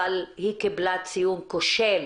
אבל היא קיבלה ציון כושל